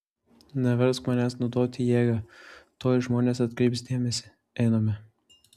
neversk manęs naudoti jėgą tuoj žmonės atkreips dėmesį einame